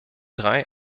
drei